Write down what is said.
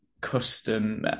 custom